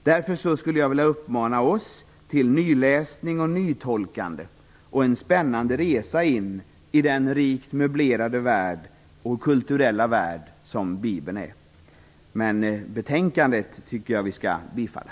Därför skulle jag vilja uppmana oss till nyläsning och nytolkande samt en spännande resa in i den rikt möblerade och kulturella värld som Bibeln är. Utskottets hemställan i betänkandet tycker jag att vi skall bifalla.